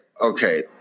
okay